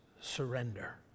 surrender